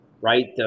right